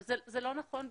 זה לא נכון,